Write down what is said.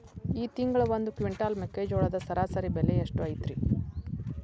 ಈ ತಿಂಗಳ ಒಂದು ಕ್ವಿಂಟಾಲ್ ಮೆಕ್ಕೆಜೋಳದ ಸರಾಸರಿ ಬೆಲೆ ಎಷ್ಟು ಐತರೇ?